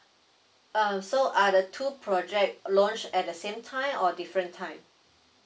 uh so are the to project launched at the same time or different time